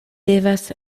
devas